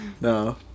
No